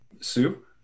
Sue